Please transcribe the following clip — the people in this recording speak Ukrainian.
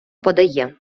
подає